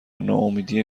ناامیدی